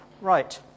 Right